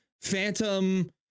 Phantom